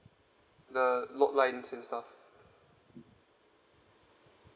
the lot lines and stuff